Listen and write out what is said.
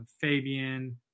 Fabian